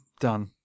done